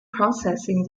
processing